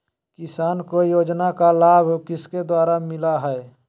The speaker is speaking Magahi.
किसान को योजना का लाभ किसके द्वारा मिलाया है?